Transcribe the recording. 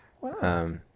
Wow